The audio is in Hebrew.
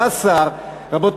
בא השר,